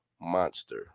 monster